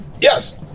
Yes